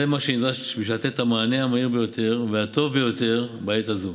זה מה שנדרש בשביל לתת את המענה המהיר ביותר והטוב ביותר בעת הזאת.